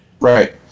Right